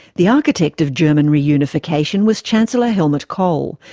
the architect of german reunification was chancellor helmut kohl,